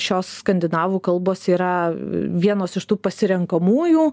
šios skandinavų kalbos yra vienos iš tų pasirenkamųjų